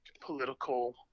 political